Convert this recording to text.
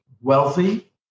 wealthy